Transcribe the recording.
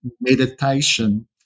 meditation